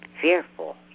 fearful